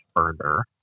further